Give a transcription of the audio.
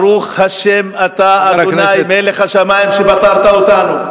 ברוך השם, אתה השם מלך השמים, שפטרת אותנו.